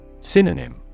Synonym